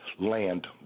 land